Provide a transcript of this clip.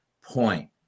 point